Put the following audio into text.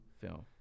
film